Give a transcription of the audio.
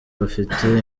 bafite